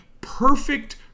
perfect